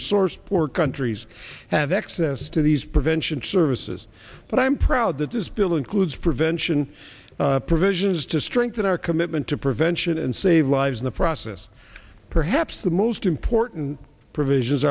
resource poor countries have access to these prevention services but i'm proud that this bill includes prevention provisions to strengthen our commitment to prevention and save lives in the process perhaps the most important provisions